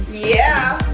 yeah.